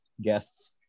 guests